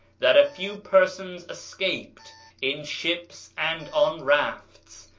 that a few persons escaped in ships and on rafts,